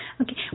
Okay